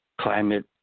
climate